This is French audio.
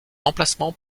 emplacement